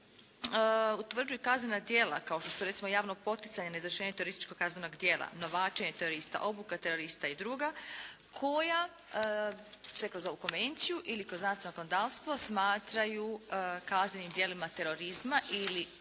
utvrđuju i kaznena djela kao što su recimo javno poticanje na izvršenje terorističkog kaznenog djela, novačenje terorista, obuka terorista i drugo koja se kroz ovu konvenciju ili kroz nacionalno zakonodavstvo smatraju kaznenim djelima terorizma ili